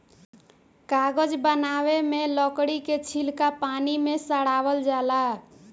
कागज बनावे मे लकड़ी के छीलका पानी मे सड़ावल जाला